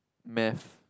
math